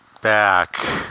back